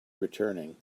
returning